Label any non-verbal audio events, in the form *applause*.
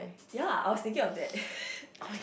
ya I was thinking of that *laughs*